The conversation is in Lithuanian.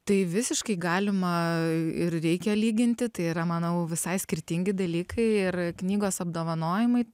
tai visiškai galima ir reikia lyginti tai yra manau visai skirtingi dalykai ir knygos apdovanojimai